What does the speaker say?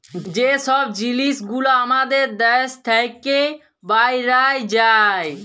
যে ছব জিলিস গুলা আমাদের দ্যাশ থ্যাইকে বাহরাঁয় যায়